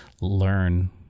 learn